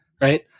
right